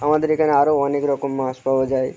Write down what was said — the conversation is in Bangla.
আমাদের এখানে আরও অনেক রকম মাছ পাওয়া যায়